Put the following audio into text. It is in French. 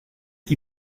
qui